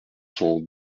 sont